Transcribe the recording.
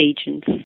agents